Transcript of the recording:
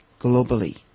globally